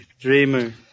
Dreamer